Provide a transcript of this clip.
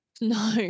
No